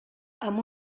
amb